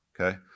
Okay